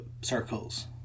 circles